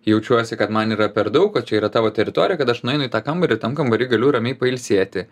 jaučiuosi kad man yra per daug kad yra tavo teritorija kad aš nueinu į tą kambarį tam kambary galiu ramiai pailsėti